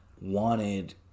wanted